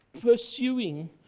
pursuing